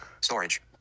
Storage